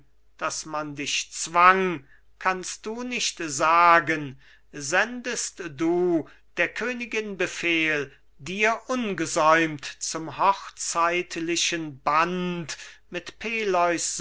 daß man dich zwang kannst du nicht sagen sendest du der königin befehl dir ungesäumt zum hochzeitlichen band mit